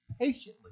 patiently